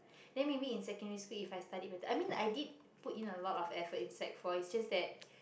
then maybe in secondary school if I studied better I mean I did put in a lot of effort in sec-four it's just that